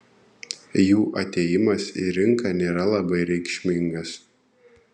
jų atėjimas į rinką nėra labai reikšmingas